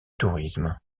tourisme